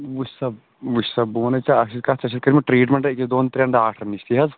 وٕچھِ سَا بہٕ وٕچھ سا بہٕ وَنےٚ ژےٚ اکھ چیٖز کَتھ ژےٚ چھا کٔرمٕژ ٹرٛیٖٹمٮ۪نٛٹ أکِس دۄن ترٛٮ۪ن ڈاکٹرن نِش تہِ حظ